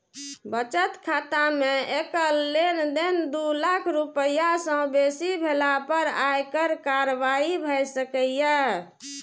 बचत खाता मे एकल लेनदेन दू लाख रुपैया सं बेसी भेला पर आयकर कार्रवाई भए सकैए